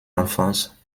enfance